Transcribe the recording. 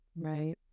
right